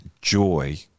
joy